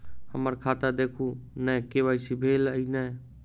हम्मर खाता देखू नै के.वाई.सी भेल अई नै?